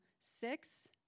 six